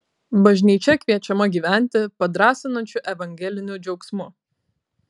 bažnyčia kviečiama gyventi padrąsinančiu evangeliniu džiaugsmu